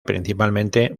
principalmente